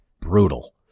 brutal